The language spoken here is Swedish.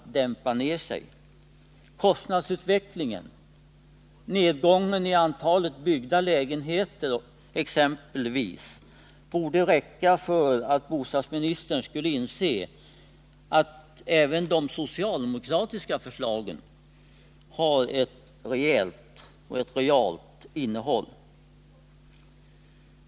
Exempelvis kostnadsutvecklingen och nedgången i antalet byggda lägenheter borde räcka för att bostadsministern skulle inse att också de socialdemokratiska förslagen har ett reellt innehåll.